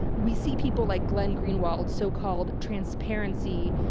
we see people like glenn greenwald, so-called transparency,